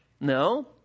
No